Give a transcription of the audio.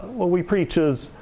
what we preach is,